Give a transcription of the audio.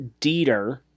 Dieter